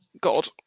God